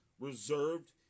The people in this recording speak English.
reserved